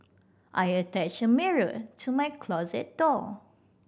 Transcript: I attached a mirror to my closet door